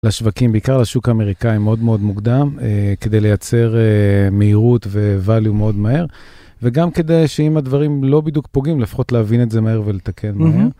לשווקים, בעיקר לשוק האמריקאי מאוד מאוד מוקדם כדי לייצר מהירות וווליו מאוד מהר. וגם כדי שאם הדברים לא בדיוק פוגעים, לפחות להבין את זה מהר ולתקן מהר.